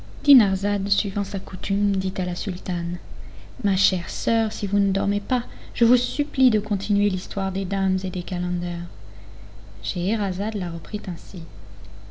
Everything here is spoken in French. dinarzade suivant sa coutume dit à la sultane ma chère soeur si vous ne dormez pas je vous supplie de continuer l'histoire des dames et des calenders scheherazade la reprit ainsi